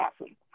awesome